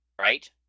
right